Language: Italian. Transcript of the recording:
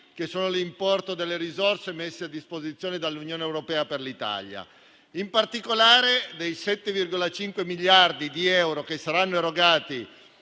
su 311 miliardi di risorse messe a disposizione dall'Unione europea per l'Italia. In particolare, dei 7,5 miliardi di euro che saranno erogati